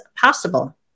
possible